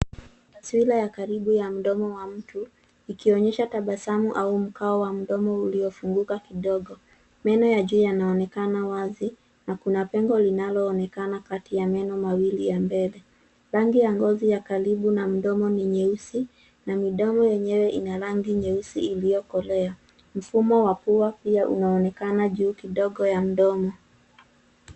Taswira ya karibu ya mdomo wa mtu ikionyesha tabasamu au mkao wa mdomo uliofunguka kidogo. Meno ya juu yanaonekana wazi na kuna pengo linaloonekana kati ya meno mawili ya mbele. Rangi ya ngozi ya karibu na mdomo ni nyeusi na mdomo yenye ina rangi nyeusi iliyokolea. Mfumo wa pua pia unaonekana juu kidogo ya mdomo.